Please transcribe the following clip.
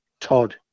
Todd